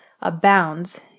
abounds